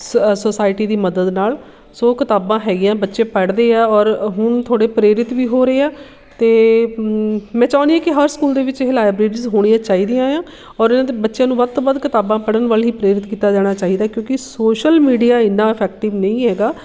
ਸ ਸੋਸਾਇਟੀ ਦੀ ਮਦਦ ਨਾਲ਼ ਸੋ ਕਿਤਾਬਾਂ ਹੈਗੀਆਂ ਬੱਚੇ ਪੜ੍ਹਦੇ ਆ ਔਰ ਹੁਣ ਥੋੜ੍ਹੇ ਪ੍ਰੇਰਿਤ ਵੀ ਹੋ ਰਹੇ ਆ ਅਤੇ ਮੈਂ ਚਾਹੁੰਦੀ ਹਾਂ ਕਿ ਹਰ ਸਕੂਲ ਦੇ ਵਿੱਚ ਇਹ ਲਾਇਬ੍ਰੇਰੀਜ਼ ਹੋਣੀਆਂ ਚਾਹੀਦੀਆਂ ਆ ਔਰੰ ਅਤੇ ਬੱਚਿਆਂ ਨੂੰ ਵੱਧ ਤੋਂ ਵੱਧ ਕਿਤਾਬਾਂ ਪੜ੍ਹਨ ਵੱਲ ਹੀ ਪ੍ਰੇਰਿਤ ਕੀਤਾ ਜਾਣਾ ਚਾਹੀਦਾ ਕਿਉਂਕਿ ਸੋਸ਼ਲ ਮੀਡੀਆ ਇੰਨਾ ਇਫੈਕਟਿਵ ਨਹੀਂ ਹੈਗਾ